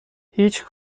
هیچ